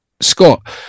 Scott